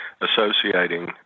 associating